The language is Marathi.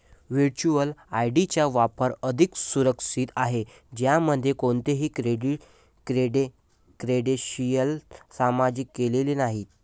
व्हर्च्युअल आय.डी चा वापर अधिक सुरक्षित आहे, ज्यामध्ये कोणतीही क्रेडेन्शियल्स सामायिक केलेली नाहीत